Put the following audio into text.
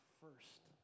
first